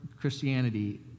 Christianity